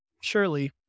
surely